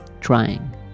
trying